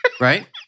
right